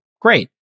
great